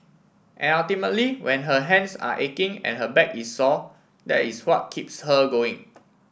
and ultimately when her hands are aching and her back is sore that is what keeps her going